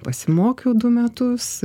pasimokiau du metus